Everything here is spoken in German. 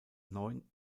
neun